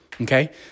Okay